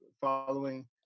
following